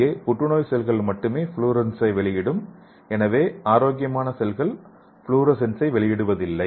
இங்கே புற்றுநோய் செல்கள் மட்டுமே ஃப்ளோரசன்ஸை வெளியிடும் மற்றும் ஆரோக்கியமான செல்கள் ஃப்ளோரசன்ஸை வெளியிடுவதில்லை